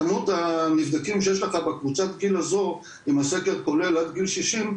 כמות הנבדקים שיש לך בקבוצת הגיל הזו אם הסקר כולל עד גיל 60,